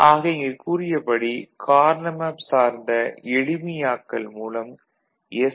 ஆக இங்கு கூறியபடி கார்னா மேப் சார்ந்த எளிமையாக்கல் மூலம் எஸ்